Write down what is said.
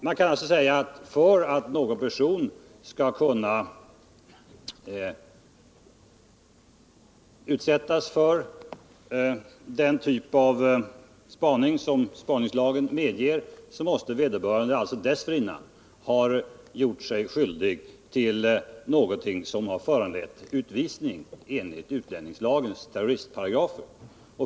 Man kan alltså säga att för att någon person skall kunna utsättas för den typ av åtgärd som spaningslagen medger måste vederbörande dessförinnan ha gjort sig skyldig till någonting som föranlett utvisning enligt utlänningslagens terroristparagrafer.